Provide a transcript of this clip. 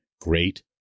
great